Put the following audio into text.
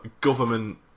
government